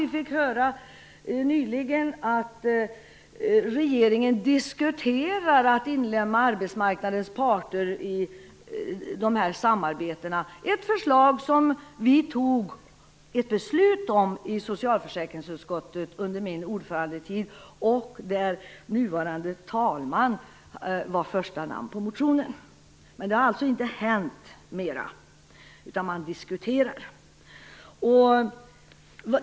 Vi fick nyligen höra att regeringen diskuterar att inlemma arbetsmarknadens parter i samarbetet, ett förslag som vi fattade beslut om i socialförsäkringsutskottet under min tid som ordförande. Nuvarande talmannen var första namn på motionen. Men det har alltså inte hänt mera, utan man diskuterar.